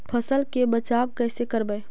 फसल के बचाब कैसे करबय?